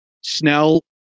Snell